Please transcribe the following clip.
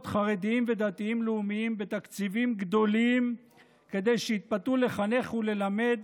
חרדיים ודתיים-לאומיים בתקציבים גדולים כדי שיתפתו לחנך וללמד